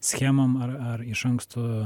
schemom ar ar iš anksto